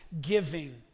giving